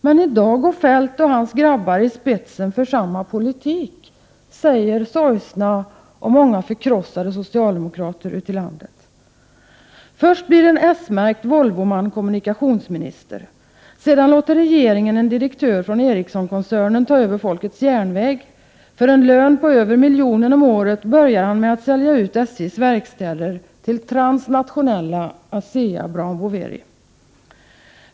Men i dag går Feldt och hans grabbar i spetsen för samma politik”, säger sorgsna och i många fall förkrossade socialdemokrater ute i landet. Först blir en s-märkt Volvoman kommunikationsminister. Sedan låter regeringen en direktör från Ericssonkoncernen ta över folkets järnväg. För en lön på över miljonen om året börjar han med att sälja ut SJ:s verkstäder till transnationella Asea Brown Boveri.